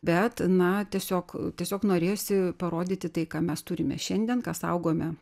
bet na tiesiog tiesiog norėjosi parodyti tai ką mes turime šiandien ką saugome